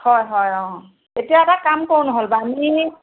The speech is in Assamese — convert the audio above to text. হয় হয় অ এতিয়া এটা কাম কৰোঁ নহ'লে বা আমি